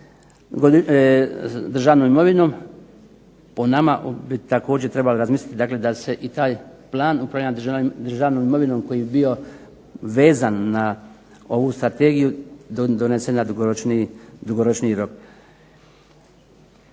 državnom imovinom. Po nama bi također trebalo razmisliti da se i taj plan upravljanja državnom imovinom koji bi bio vezan na ovu strategiju donose na dugoročniji rok.